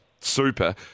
super